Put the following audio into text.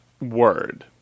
word